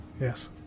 Yes